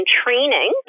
training